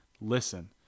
listen